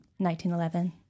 1911